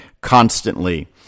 constantly